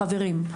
חברים,